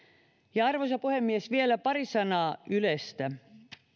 ja arvoisa puhemies vielä pari sanaa ylestä